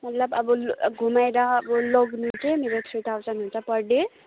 मतलब अब लो घुमाएर अब लानु चाहिँ मेरो थ्री थाउजन्ड हुन्छ पर डे